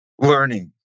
learning